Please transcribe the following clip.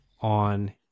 on